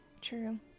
True